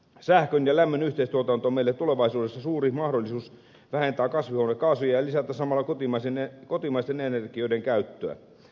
sähkön ja lämmön yhteistuotanto on meille tulevaisuudessa suuri mahdollisuus vähentää kasvihuonekaasuja ja lisätä samalla kotimaisten energioiden käyttöä